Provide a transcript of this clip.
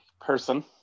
person